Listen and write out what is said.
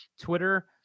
Twitter